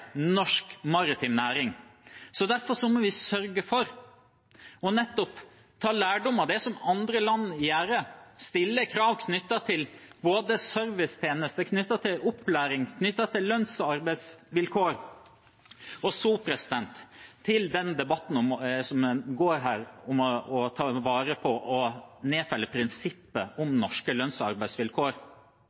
norsk maritim næring. Derfor må vi sørge for nettopp å ta lærdom av det som andre land gjør, og stille krav når det gjelder både servicetjenester, opplæring og lønns- og arbeidsvilkår. Så til den debatten som pågår her, om å ta vare på og nedfelle prinsippet om norske lønns- og arbeidsvilkår.